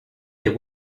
les